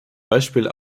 beispiel